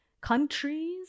countries